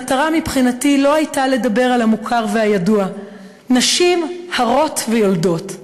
המטרה מבחינתי לא הייתה לדבר על המוכר והידוע: נשים הרות ויולדות.